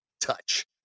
touch